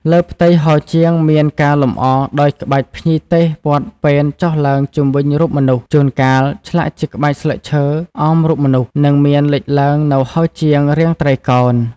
លើផ្ទៃហោជាង មានការលម្អដោយក្បាច់ភ្ញីទេសព័ទ្ធពេនចុះឡើងជុំវិញរូបមនុស្ស ជូនកាលឆ្លាក់ជាក្បាច់ស្លឹកឈើអមរូបមនុស្ស និង មានលេចឡើងនូវហោជាងរាងត្រីកោណ។